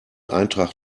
eintrag